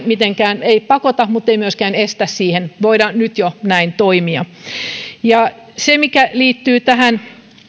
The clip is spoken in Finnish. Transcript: mitenkään pakota muttei myöskään estä voidaan nyt jo näin toimia mikä liittyy